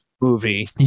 movie